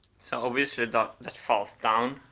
so obviously, that falls down.